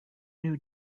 new